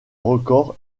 record